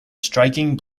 striking